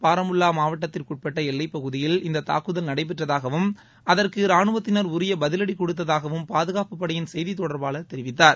பாரமுல்லா மாவட்டத்திற்குட்பட்ட எல்லைப்பகுதியில் இந்த தாக்குதல் நடைபெற்றதாகவும் அதற்கு ரானுவத்தினர் உரிய பதிவடி கொடுத்ததாகவும் பாதுகாப்புப்படையின் செய்தி தொடர்பாளர் தெரிவித்தார்